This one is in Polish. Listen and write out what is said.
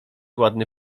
ładny